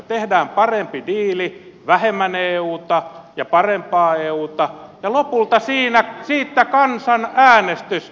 tehdään parempi diili vähemmän euta ja parempaa euta ja lopulta siitä kansanäänestys